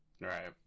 Right